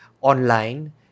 online